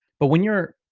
but when you're,